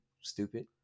stupid